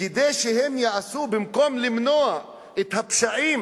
כדי שהם יעשו, במקום למנוע את הפשעים